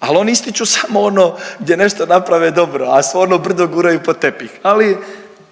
al oni ističu samo ono gdje nešto naprave dobro, a sve ono brdo guraju pod tepih. Ali